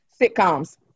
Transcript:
Sitcoms